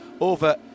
over